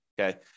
okay